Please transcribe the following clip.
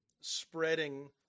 spreading